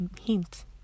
Hint